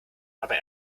aber